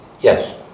Yes